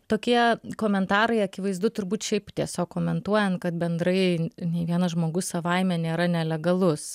tokie komentarai akivaizdu turbūt šiaip tiesiog komentuojant kad bendrai nei vienas žmogus savaime nėra nelegalus